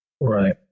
Right